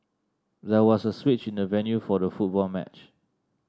there was a switch in the venue for the football match